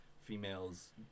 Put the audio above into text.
females